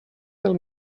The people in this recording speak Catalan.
del